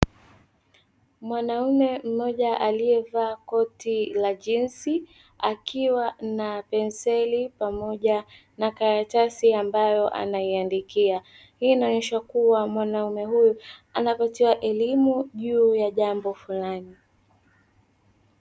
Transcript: Mwanaume mmoja aliyevaa koti la jinzi akiwa na penseli pamoja na karatasi ambayo anaiandikia, hii inaonyesha kuwa mwanaume huyu anapatiwa elimu juu ya jambo fulani.